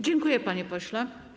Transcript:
Dziękuję, panie pośle.